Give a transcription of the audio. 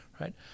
right